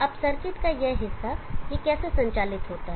अब सर्किट का यह हिस्सा यह कैसे संचालित होता है